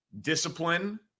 discipline